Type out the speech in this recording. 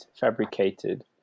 fabricated